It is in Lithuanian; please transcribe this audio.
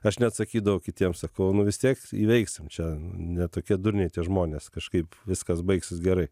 aš net sakydavau kitiems sakau nu vis tiek įveiksim čia ne tokie durniai tie žmonės kažkaip viskas baigsis gerai